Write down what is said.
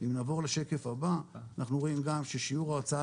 אם נעבור לשקף הבא אנחנו רואים ששיעור ההוצאה